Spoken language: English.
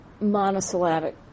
monosyllabic